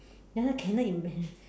ya lor cannot imagine